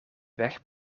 weg